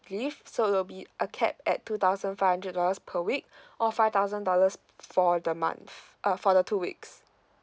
leave so it will be a cap at two thousand five hundred dollars per week or five thousand dollars for the month uh for the two weeks